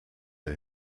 der